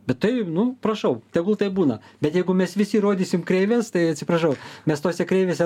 bet tai nu prašau tegul tai būna bet jeigu mes visi rodysim kreives tai atsiprašau mes tose kreivėse